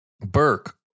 Burke